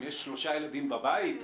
אם יש שלושה ילדים בבית,